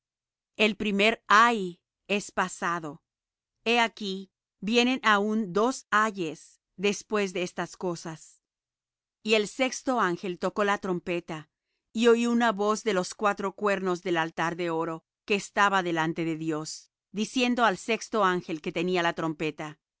el primer ay es pasado he aquí vienen aún dos ayes después de estas cosas y el sexto ángel tocó la trompeta y oí una voz de los cuatro cuernos del altar de oro que estaba delante de dios diciendo al sexto ángel que tenía la trompeta